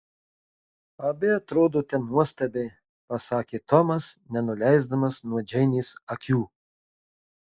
abi atrodote nuostabiai pasakė tomas nenuleisdamas nuo džeinės akių